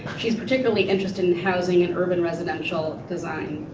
she is particularly interested in housing and urban residential design.